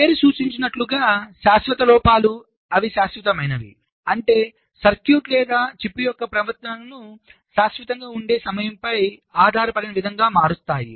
పేరు సూచించినట్లుగా శాశ్వత లోపాలు అవి శాశ్వతమైనవి అంటే అవి సర్క్యూట్ లేదా చిప్ యొక్క ప్రవర్తనను శాశ్వతంగా ఉండే సమయంపై ఆధారపడని విధంగా మారుస్తాయి